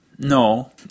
No